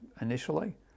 initially